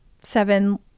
seven